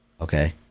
okay